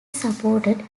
supported